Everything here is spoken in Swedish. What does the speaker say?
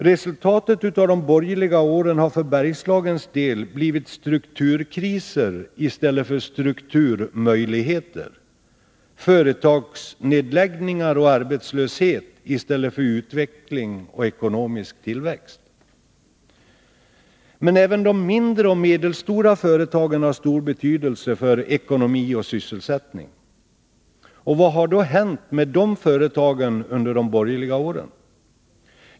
Resultatet av de borgerliga åren har för Bergslagens del blivit strukturkriser i stället för strukturmöjligheter samt företagsnedläggningar och arbetslöshet i stället för utveckling och ekonomisk tillväxt. Även de mindre och medelstora företagen har stor betydelse för ekonomi och sysselsättning. Vad har då hänt med dessa företag under de borgerliga åren?